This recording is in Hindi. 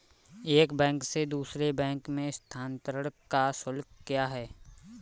एक बैंक से दूसरे बैंक में स्थानांतरण का शुल्क क्या है?